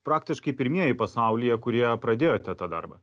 praktiškai pirmieji pasaulyje kurie pradėjote tą darbą